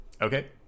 okay